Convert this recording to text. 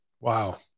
Wow